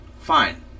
fine